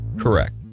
Correct